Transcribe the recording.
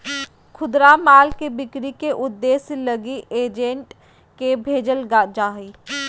खुदरा माल के बिक्री के उद्देश्य लगी एजेंट के भेजल जा हइ